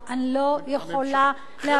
אני לא יכולה להבין,